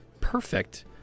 perfect